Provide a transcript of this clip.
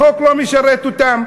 החוק לא משרת אותם,